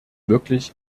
wirklich